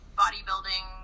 bodybuilding